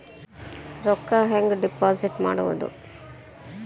ರೊಕ್ಕ ಹೆಂಗೆ ಡಿಪಾಸಿಟ್ ಮಾಡುವುದು?